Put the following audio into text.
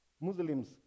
Muslims